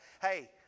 Hey